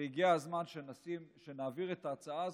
והגיע הזמן שנעביר את ההצעה הזו.